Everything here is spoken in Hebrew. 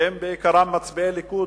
שהם בעיקרם מצביעי ליכוד,